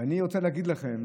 אני רוצה להגיד לכם